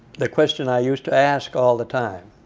the question i used to ask all the time,